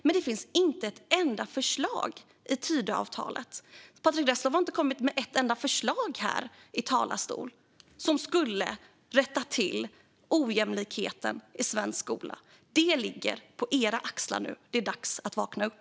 Men det finns inte ett enda förslag i Tidöavtalet. Patrick Reslow har inte kommit med ett enda förslag här som skulle rätta till ojämlikheten i svensk skola. Det ligger på era axlar nu. Det är dags att vakna upp.